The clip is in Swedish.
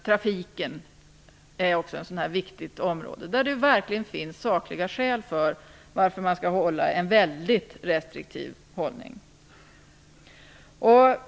Trafiken är också ett område där det verkligen finns sakliga skäl för en väldigt restriktiv hållning.